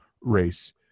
race